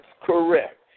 correct